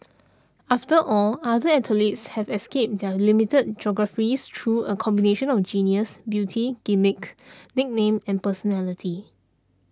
after all other athletes have escaped their limited geographies through a combination on genius beauty gimmick nickname and personality